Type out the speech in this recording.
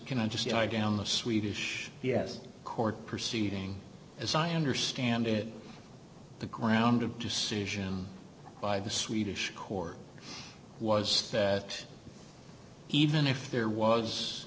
i just die down the swedish yes court proceeding as i understand it the ground of decision by the swedish court was that even if there was